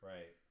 Right